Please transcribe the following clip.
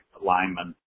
lineman